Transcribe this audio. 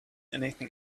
anything